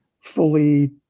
fully